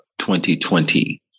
2020